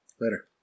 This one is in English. Later